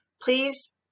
please